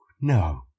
No